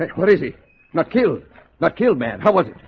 what is he not killed not killed man. how was it?